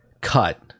cut